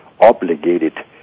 obligated